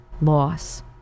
loss